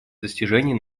достижений